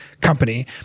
company